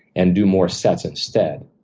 and do more sets instead,